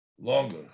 longer